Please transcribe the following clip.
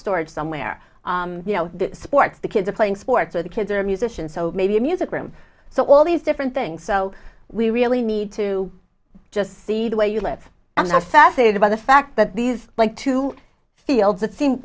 storage somewhere you know the sports the kids are playing sports or the kids are musicians so maybe music room so all these different things so we really need to just see the way you live and i was fascinated by the fact that these like two fields that seem